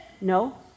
No